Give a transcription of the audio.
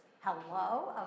hello